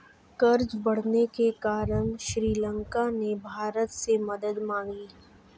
कर्ज बढ़ने के कारण श्रीलंका ने भारत से मदद मांगी